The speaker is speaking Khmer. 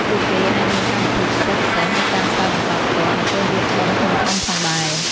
ពួកគេអាចមានកម្មវិធីពិសេសៗ ឬការផ្សាយបន្តផ្ទាល់នៅពេលមានបុណ្យធំៗផងដែរ។